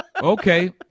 okay